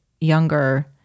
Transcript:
younger